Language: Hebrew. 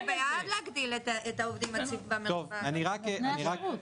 אנחנו בעד להגדיל את העובדים ב --- הם נותני השירות.